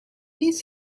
his